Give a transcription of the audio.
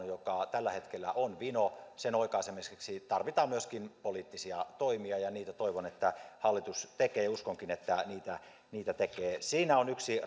joka tällä hetkellä on vino oikaisemiseksi tarvitaan myöskin poliittisia toimia ja niitä toivon että hallitus tekee ja uskonkin että se niitä tekee siinä on yksi